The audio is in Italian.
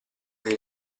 che